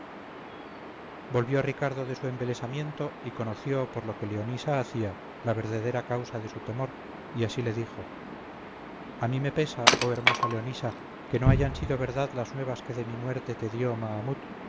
volvió ricardo de su embelesamiento y conoció por lo que leonisa hacía la verdadera causa de su temor y así le dijo a mí me pesa oh hermosa leonisa que no hayan sido verdad las nuevas que de mi muerte te dio mahamut